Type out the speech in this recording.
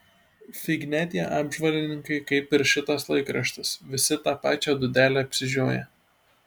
fignia tie apžvalgininkai kaip ir šitas laikraštis visi tą pačią dūdelę apsižioję